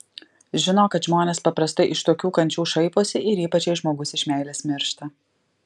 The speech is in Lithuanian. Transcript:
žinok kad žmonės paprastai iš tokių kančių šaiposi ir ypač jei žmogus iš meilės miršta